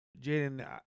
Jaden